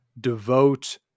devote